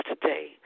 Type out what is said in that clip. today